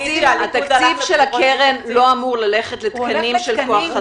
התקציב של הקרן לא אמור ללכת לתקנים של כוח אדם.